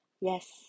Yes